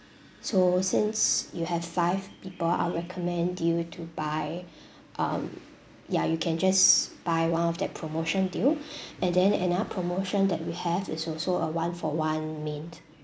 so since you have five people I'll recommend you to buy um ya you can just buy one of that promotion deal and then another promotion that we have is also a one for one main